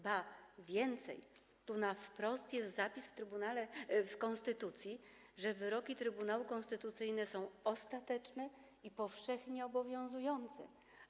Ba, więcej, tu wprost jest zapis w konstytucji, że wyroki Trybunału Konstytucyjnego są ostateczne i powszechnie obowiązujące.